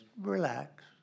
relax